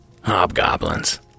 Hobgoblins